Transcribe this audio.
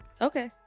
Okay